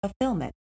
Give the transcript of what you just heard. fulfillment